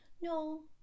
No